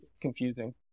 Confusing